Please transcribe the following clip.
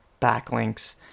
backlinks